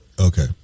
Okay